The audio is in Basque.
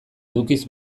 edukiz